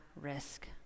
risk